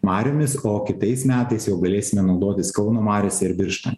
mariomis o kitais metais jau galėsime naudotis kauno mariose ir birštone